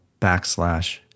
backslash